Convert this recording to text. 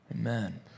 Amen